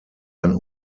ein